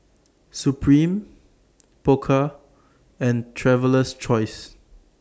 Supreme Pokka and Traveler's Choice